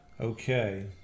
Okay